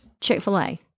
Chick-fil-A